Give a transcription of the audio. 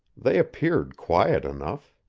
they appeared quiet enough.